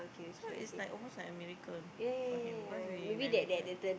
so is like almost like a miracle for him because we when we heard